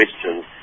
questions